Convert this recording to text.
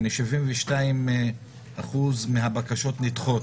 כלומר 72% מהבקשות נדחות.